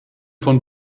von